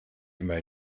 immer